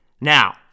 Now